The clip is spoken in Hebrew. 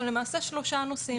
הם למעשה שלושה נושאים.